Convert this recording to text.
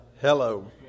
Hello